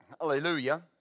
hallelujah